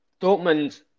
Dortmund